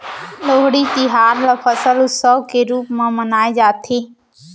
लोहड़ी तिहार ल फसल उत्सव के रूप म मनाए जाथे